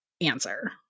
answer